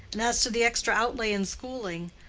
and as to the extra outlay in schooling,